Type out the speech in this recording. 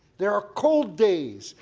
there are cold days,